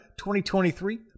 2023